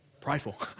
prideful